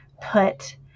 put